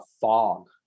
fog